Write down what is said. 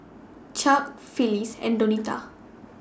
Chuck Phillis and Donita